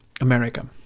America